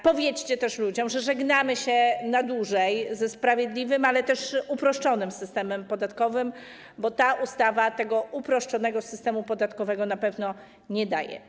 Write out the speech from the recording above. Powiedzcie też ludziom, że żegnamy się na dłużej ze sprawiedliwym, ale też uproszczonym systemem podatkowym, bo ta ustawa uproszczonego systemu podatkowego na pewno nie daje.